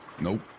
Nope